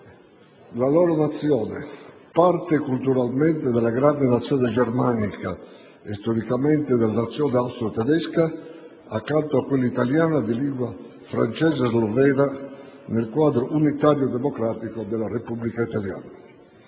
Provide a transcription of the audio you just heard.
la loro Nazione, parte culturalmente della grande Nazione germanica e storicamente della Nazione austro-tedesca, accanto a quella italiana, di lingua francese e slovena, nel quadro unitario e democratico della Repubblica italiana.